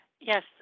Yes